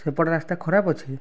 ସେପଟ ରାସ୍ତା ଖରାପ ଅଛି